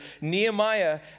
Nehemiah